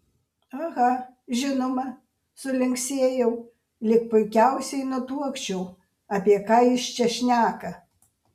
aha žinoma sulinksėjau lyg puikiausiai nutuokčiau apie ką jis čia šneka